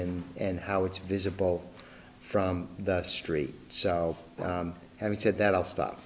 and and how it's visible from the street so having said that i'll stop